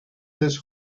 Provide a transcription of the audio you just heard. this